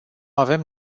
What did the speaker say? avem